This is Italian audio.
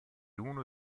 uno